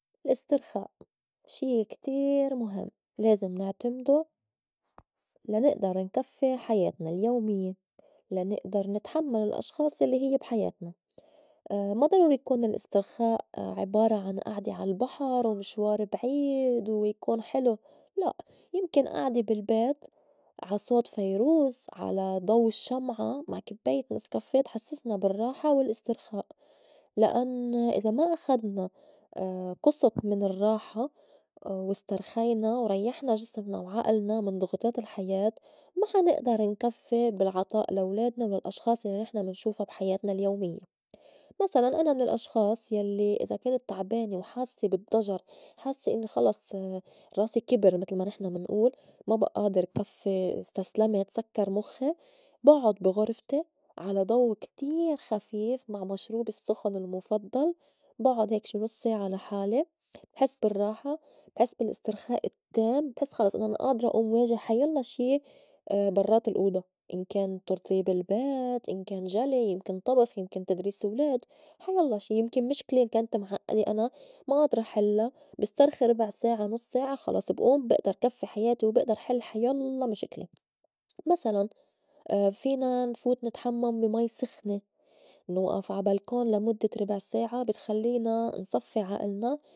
الإسترخاء شي كتير مُهم لازم نعتمدو لا نئدر نكفّي حياتنا اليوميّة لا نئدر نتحمّل الأشخاص الّي هيّ بي حياتنا ما ضروري يكون الأسترخاء عِبارة عن أعدة عالبحر ومشوار بعيد ويكون حلو لأ يمكن أعدة بالبيت عا صوت فيروز على ضو الشّمعة مع كبّاية نسكافيه تحسّسنا بالرّاحة والأسترخاء لأن إذا ما أخدنا قُصُت من الرّاحة واسترخينا وريّحنا جسمنا وعئلنا من ضغوطات الحياة ما حنئدر نكفّي بالعطاء لا ولادنا والأشخاص الّي نحن منشوفا بحياتنا اليوميّة، مسلاً أنا من الأشخاص يلّي إذا كنت تعبانة وحاسّة بالضّجر حاسّي إنّي خلص راسي كبر متل ما نحن منئول ما بئى آدر كفّي استسلمت سكّر مُخّي بعُّد بي غرفتي على ضو كتير خفيف مع مشروب السّخُن المُفضّل بُعُّد هيك شي نص ساعة لحالي بحس بالرّاحة بحس بالأسترخاء التّام بحس خلص أنا آدرة ئوم واجه حيلّا شي برّات الأوضة إن كان ترتيب البيت، إن كان جلي، يمكن طبخ، يمكن تدريس ولاد، حيلّا شي يمكن مشكلة كانت معئدة أنا ما آدرة حلّا بسترخي ربع ساعة نص ساعة خلص بئوم بئدر كفّي حياتي، وبئدر حل حيلّا مشكلة، مسلاً فينا نفوت نتحمّم بي مي سخنة نوئف عا بلكون لمدّة ربع ساعة بتخلّينا نصفّي عئلنا.